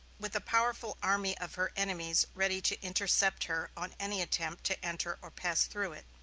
with a powerful army of her enemies ready to intercept her on any attempt to enter or pass through it.